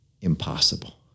impossible